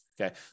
okay